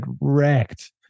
wrecked